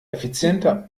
effizienter